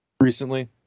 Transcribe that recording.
recently